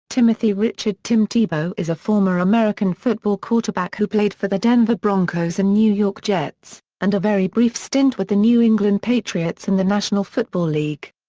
timothy richard tim tebow is a former american football quarterback who played for the denver broncos and new york jets, and a very brief stint with the new england patriots in the national football league.